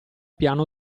piano